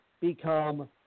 become